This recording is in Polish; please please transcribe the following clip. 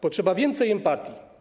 Potrzeba więcej empatii.